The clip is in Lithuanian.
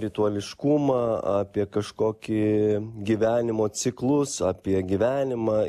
rituališkumą apie kažkokį gyvenimo ciklus apie gyvenimą